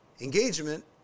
Engagement